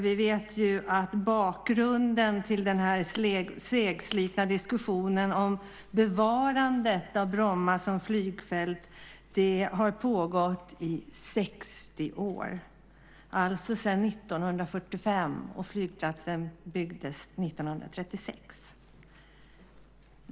Vi vet att bakgrunden till den här segslitna diskussionen om bevarandet av Bromma som flygfält har pågått i 60 år, sedan 1945 - flygplatsen byggdes 1936.